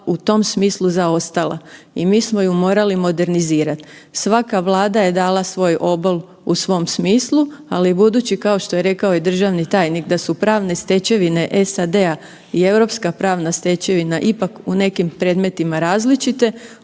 u tom smislu zaostala i mi smo ju morali modernizirat. Svaka Vlada je dala svoj obol u svom smislu, ali budući kao što je rekao i državni tajnik da su pravne stečevine SAD-a i Europska pravna stečevina ipak u nekim predmetima različite,